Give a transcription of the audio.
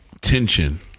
tension